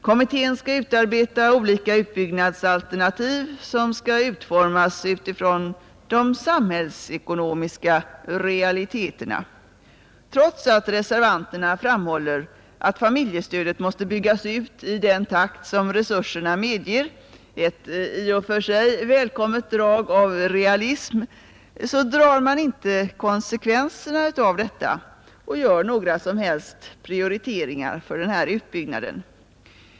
Kommittén skall utarbeta olika utbyggnadsalternativ som skall utformas utifrån de samhällsekonomiska realiteterna. Trots att reservanterna framhåller att familjestödet måste byggas ut i den takt resurserna medger — ett i och för sig välkommet drag av realism — drar man inte konsekvenserna av detta och gör några som helst prioriteringar för denna utbyggnad.